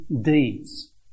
deeds